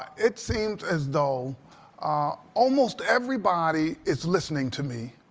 it seems as though almost everybody is listening to me.